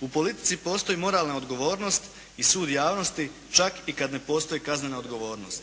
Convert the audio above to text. U politici postoji moralna odgovornost i sud javnosti čak i kada ne postoji kaznena odgovornost.